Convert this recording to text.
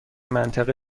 منطقه